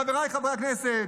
חבריי חברי הכנסת,